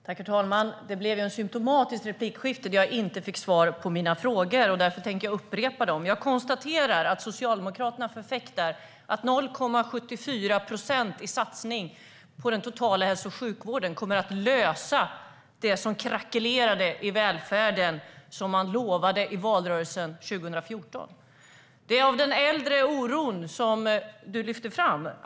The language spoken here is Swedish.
Herr talman! Det här replikskiftet är symtomatiskt. Jag får inte svar på mina frågor. Därför tänkte jag upprepa dem. Jag konstaterar att Socialdemokraterna förfäktar att 0,74 procent i satsning på den totala hälso och sjukvården kommer att lösa den krackelerade välfärden, som man talade om i valrörelsen 2014. Det handlar om de äldres oro.